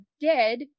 dead